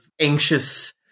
anxious